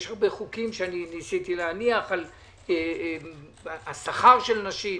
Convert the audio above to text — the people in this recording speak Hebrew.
יש חוקים רבים שניסיתי להניח שכר נשים,